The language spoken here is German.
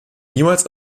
niemals